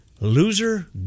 Loser